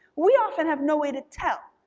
we often have no way to tell,